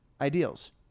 Ideals